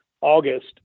August